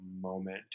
moment